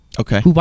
Okay